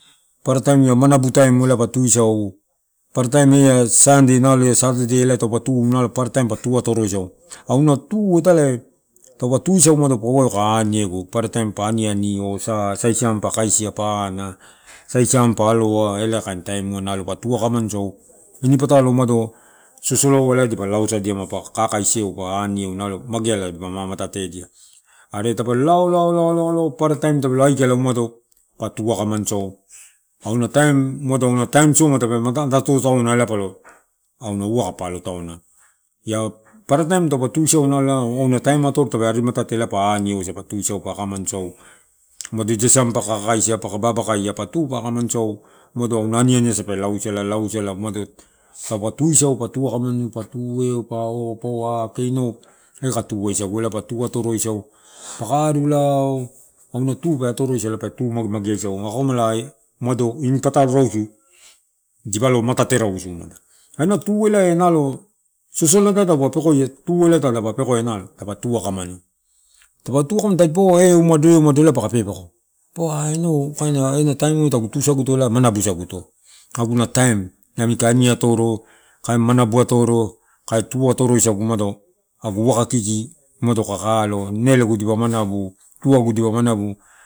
Paparataim ela manabu taim, elai patuisau paparataim ia sande, nale satade, ela taupe tu nalo parataim ba tuatoro iso. Auna tu italae taupe tuisau paua pa kaniegu. Parataim pa aniani osa siampa kaisi pana, sai siam pa aloa, ela kaintaimu nalo patu wakanso ini patalo umado sosoloai dipa lao sadiama, pakakaisieu pa anieu, nalo mageala dipa mamatedia, are tapelo lao, lao, lao, lao paparataim tape aikala umado pa tu akamanu sau, auna taim soma tape mata nato auna palo auna wakapa alo tauna. Ia paparataim topo tu sia auna alo ana taim atoro tape matate ela pa anieuasa pa tuisau pa akamanuisau umado ida siamela paka kakaisia pakaba bakaya patu pa mamansau nauna aniani asa pe laoisala, laoisada, taupe tuisau patu aka manu, patu aueu paua ke ina eh kae tu-usagu, ela pa tu atoroisau paka aru lao, auna tu, pe atoroi sala ppa tu mage mage ai sau, akomala madou ini patalo rausu dipalo matate rausu ena. Alona tu ela enalo sosola dapa pekoia, tu eh talapa tu akamanu. Taupa eh umad elae paka pepeko paua a. Inau kaina ena taimua tagu tusaguto manubu saguto, agunataim nami kae ani atoro, kae manabu atoro, kae tu atoro isagu, agu waka kiki mata kaka alo, enelegu dipa manabu, tuagu dipa manabu.